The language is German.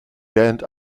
band